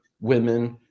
women